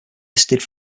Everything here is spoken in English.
listed